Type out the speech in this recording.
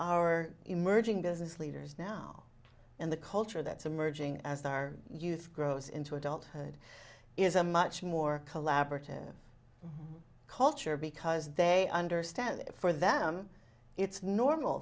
our emerging business leaders now and the culture that's emerging as our youth grows into adulthood is a much more collaborative culture because they understand that for them it's normal